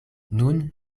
nun